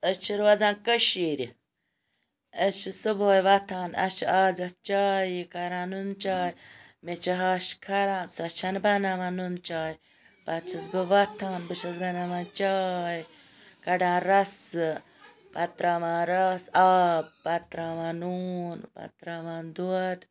أسۍ چھِ روزان کٔشیٖرِ أسۍ چھِ صُبحٲے وۄتھان اَسہِ چھُ آزَتھ چاے کَران نُن چاے مےٚ چھِ ہَش خَراب سۄ چھَ نہٕ بَناوان نُن چاے پَتہٕ چھَس بہٕ وۄتھان بہٕ چھَس بَناوان چاے کَڑان رَسہٕ پَتہ تراوان رَس آب پَتہ تراوان نوٗن پَتہ تراوان دۄد